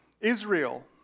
Israel